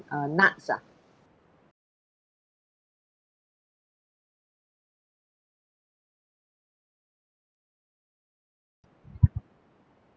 uh nuts ah